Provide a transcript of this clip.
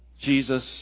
Jesus